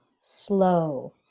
slow